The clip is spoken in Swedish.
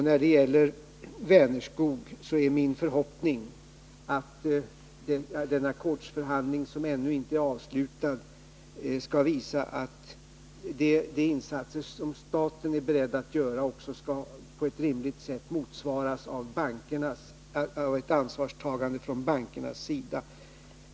När det gäller Vänerskog är min förhoppning att den ackordsförhandling som ännu inte är avslutad skall visa att de insatser som staten är beredd att göra på ett rimligt sätt också skall motsvaras av ett ansvarstagande från bankernas sida.